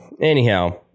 Anyhow